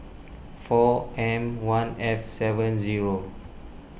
four M one F seven zero